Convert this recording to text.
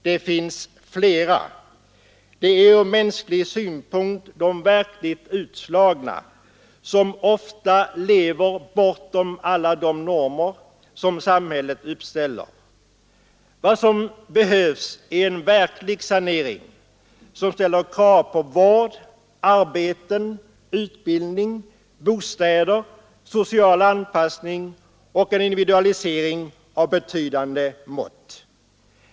Det finns fler, och det rör sig om de ur mänsklig synpunkt verkligt utslagna, som ofta lever bortom alla de normer som samhället uppställer. Vad som behövs är en verklig sanering, som ställer krav på vård, arbeten, utbildning, bostäder, social anpassning och en individualisering av betydande mått.